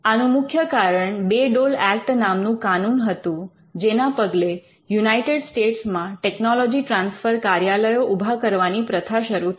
આનું મુખ્ય કારણ બે ડોલ ઍક્ટ નામનું કાનૂન હતું જેના પગલે યુનાઇટેડ સ્ટેટ્સમાં ટેકનોલોજી ટ્રાન્સફર કાર્યાલયો ઉભા કરવાની પ્રથા શરૂ થઈ